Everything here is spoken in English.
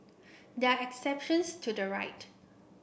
there are exceptions to the right